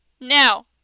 Now